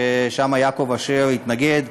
ששם יעקב אשר התנגד,